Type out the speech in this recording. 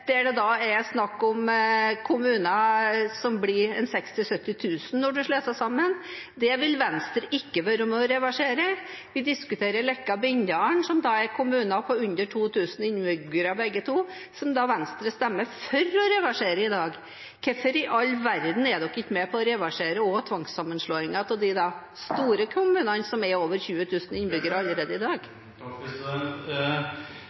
der det er snakk om kommuner som blir på 60 000–70 000 innbyggere når de slår seg sammen. Det vil Venstre ikke være med og reversere. Vi diskuterer Leka–Bindal, som er kommuner med under 2 000 innbyggere, begge to, som Venstre stemmer for å reversere i dag. Hvorfor i all verden er de ikke da med på å reversere også tvangssammenslåingen av de store kommunene, som har over 20 000 innbyggere allerede i